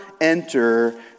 enter